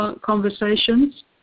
conversations